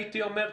הייתי אומר,